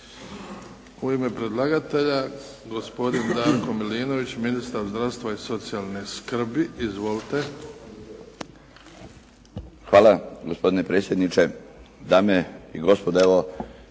U ime predlagatelja gospodin Darko Milinović, ministar zdravstva i socijalne skrbi. Izvolite. **Milinović, Darko (HDZ)** Hvala gospodine predsjedniče, dame i gospodo, evo